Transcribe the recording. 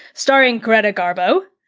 starring greta garbo,